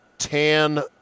tan